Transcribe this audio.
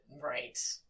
Right